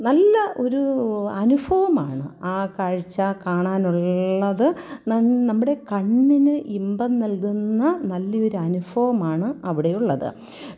നല്ല ഒരു അനുഭവമാണ് ആ കാഴ്ച്ച കാണാനുള്ളത് നമ്മുടെ കണ്ണിന് ഇമ്പം നൽകുന്ന നല്ലയൊരു അനുഭവമാണ് അവിടെയുള്ളത്